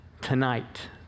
tonight